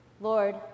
Lord